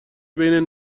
بین